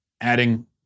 adding